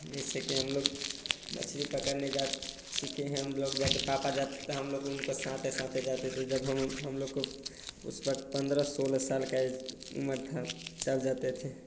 जैसे कि हम लोग मछली पकड़ने जात सीके हैं हम लोग जाते पापा जाते त हम लोग उनको साथ साथ जाते थे जब हम हम लोग को उस वक्त पद्रह सोलह साल का ऐज उम्र था तब जाते थे